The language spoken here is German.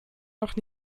noch